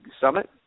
Summit